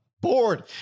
bored